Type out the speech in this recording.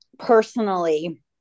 Personally